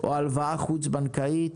או חוץ בנקאית,